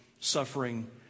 suffering